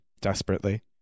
desperately